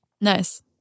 Nice